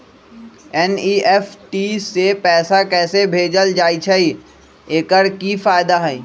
NEFT से पैसा कैसे भेजल जाइछइ? एकर की फायदा हई?